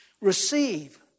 Receive